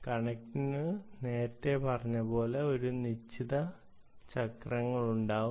കണക്ടിനു നേരത്തെ പറഞ്ഞ പോലെ ഒരു നിശ്ചിത സൈക്കിൾ ഉണ്ടാകും